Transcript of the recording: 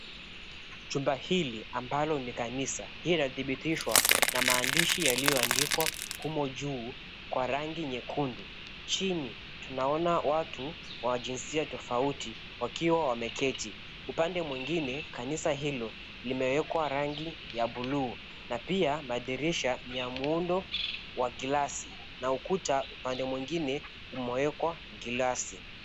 Chumba hili ambalo ni kanisa inadhiibitishwa na maandishi yaliandikwa humo juu kwa rangi nyekundu. Chini, tunaona watu wa jinsia tofauti wakiwa wameketi. Upande mwingine kanisa hilo limewekwa rangi ya buluu na pia madirisha ni ya muundo wa glasi na ukuta upande mwingine umewekwa glasi.